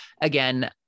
Again